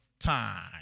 Time